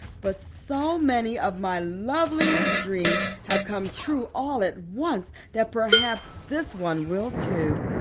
but so many of my loveliest dreams have come true all at once that perhaps this one will, too.